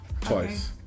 twice